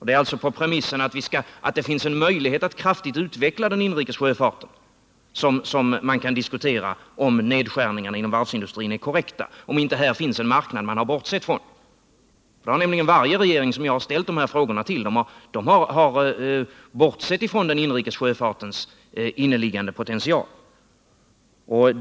Det är på premissen att det finns en möjlighet att kraftigt utveckla den inrikes sjöfarten som man kan diskutera om nedskärningarna inom varvsindustrin är korrekta, om det inte finns en marknad som man har bortsett från. Varje regering som jag har ställt de här frågorna till har nämligen bortsett från den inrikes sjöfartens inneboende potential.